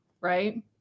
right